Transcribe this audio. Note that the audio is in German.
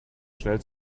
schnell